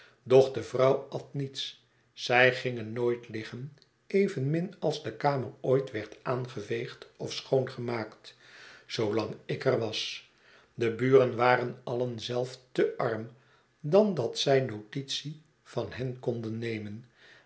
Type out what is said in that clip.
de vrouw at niets zij gingen nooit liggen evenmin als dekamerooit werd aangeveegd of schoongemaakt zoolangik er was be buren waren alien zelf te arm dan dat zij notitie van hen konden nemen